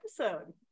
episode